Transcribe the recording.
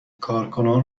کارکنان